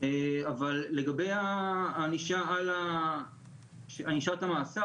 אבל לגבי הענשת המאסר,